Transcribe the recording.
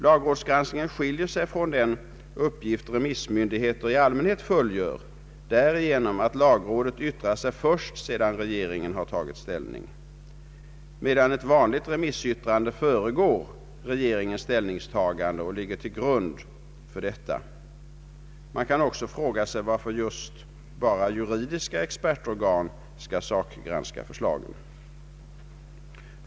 Lagrådsgranskningen skiljer sig från den uppgift remissmyndigheter i allmänhet fullgör därigenom att lagrådet yttrar sig först sedan regeringen tagit ställning, medan ett vanligt remissyttrande föregår regeringens ställningstagande och ligger till grund för detta. Man kan också fråga sig varför just bara juridiska expertorgan skall sakgranska förslagen.